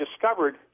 discovered –